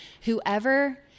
whoever